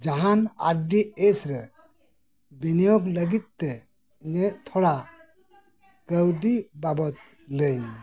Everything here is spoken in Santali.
ᱡᱟᱦᱟᱱ ᱟᱨ ᱰᱤ ᱮᱥ ᱨᱮ ᱵᱤᱱᱤᱭᱳᱜᱽ ᱞᱟᱜᱤᱫ ᱛᱮ ᱤᱧᱟᱹᱜ ᱛᱷᱚᱲᱟ ᱠᱟᱣᱰᱤ ᱵᱟᱵᱚᱛ ᱞᱟᱹᱭᱟᱹᱧ ᱢᱮ